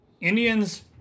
Indians